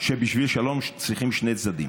שבשביל שלום צריך שני צדדים.